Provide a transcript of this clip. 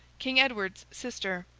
king edward's sister.